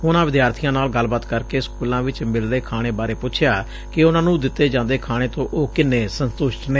ਉਨਾਂ ਵਿਦਿਆਰਥੀਆਂ ਨਾਲ ਗੱਲਬਾਤ ਕਰਕੇ ਸਕੁਲਾਂ ਚ ਮਿਲ ਰਹੇ ਖਾਣੇ ਬਾਰੇ ਪੁਛਿਆ ਕਿ ਉਨ੍ਹਾ ਨੂੰ ਦਿੱਤੇ ਜਾਂਦੇ ਖਾਣੇ ਤੋਂ ਉਹ ਕਿੰਨੇ ਸੰਤੁਸ਼ਟ ਨੇ